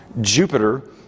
Jupiter